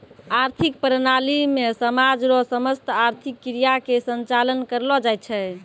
आर्थिक प्रणाली मे समाज रो समस्त आर्थिक क्रिया के संचालन करलो जाय छै